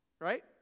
Right